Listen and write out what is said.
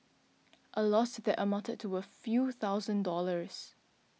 a loss that amounted to a few thousand dollars